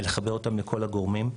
ולחבר אותם לכל הגורמים.